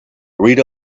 read